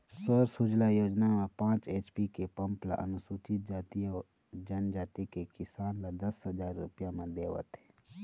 सौर सूजला योजना म पाँच एच.पी के पंप ल अनुसूचित जाति अउ जनजाति के किसान ल दस हजार रूपिया म देवत हे